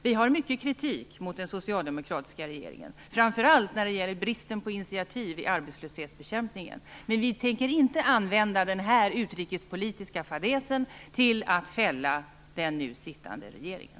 Vi har mycket kritik mot den socialdemokratiska regeringen, framför allt när det gäller bristen på initiativ i arbetslöshetsbekämpningen, men vi tänker inte använda den här utrikespolitiska fadäsen till att fälla den nu sittande regeringen.